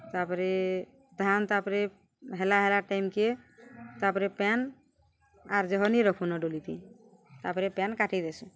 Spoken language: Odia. ତା'ପରେ ଧାନ୍ ତା'ପରେ ହେଲା ହେଲା ଟାଇମ୍କେ ତା'ପରେ ପାଏନ୍ ଆର୍ ଜହ ନି ରଖୁନ ଡୁଲିତି ତା'ପରେ ପାଏନ୍ କାଟିି ଦେସୁଁ